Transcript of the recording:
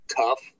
tough